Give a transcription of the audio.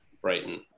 Brighton